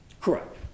Correct